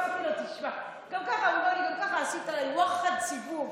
גם ככה עשית עליי ואחד סיבוב.